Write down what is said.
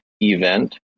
Event